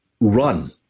run